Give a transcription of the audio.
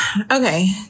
Okay